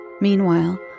Meanwhile